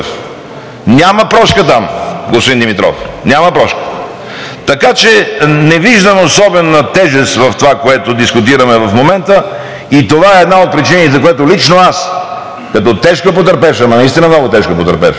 Няма прошка там, господин Димитров, няма прошка. Така че не виждам особена тежест в това, което дискутираме в момента, и това е една от причините, заради която лично аз като тежко потърпевш, ама наистина много тежко потърпевш